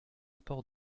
port